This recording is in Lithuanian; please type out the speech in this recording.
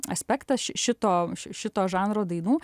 aspektas šito šito žanro dainų